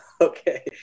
Okay